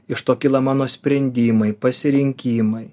iš to kyla mano sprendimai pasirinkimai